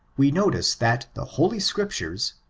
we notice that the holy scriptures,